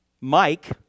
Mike